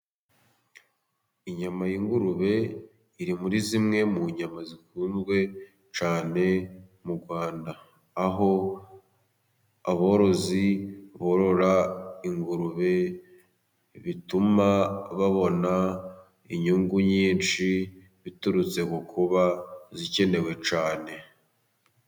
Inyama y'ingurube iri muri zimwe mu nyama zikunzwe cyane mu Rwanda, aho aborozi borora ingurube bituma babona inyungu nyinshi biturutse ku kuba zikenewe cyane.